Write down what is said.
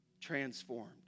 transformed